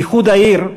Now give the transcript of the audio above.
איחוד העיר,